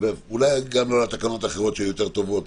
ואולי גם לא על התקנות האחרות שהיו יותר טובות.